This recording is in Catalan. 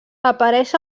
apareix